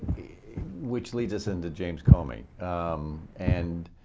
which leads us into james comey and,